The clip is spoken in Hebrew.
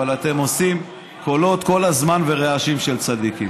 אבל אתם עושים כל הזמן קולות ורעשים של צדיקים.